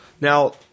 Now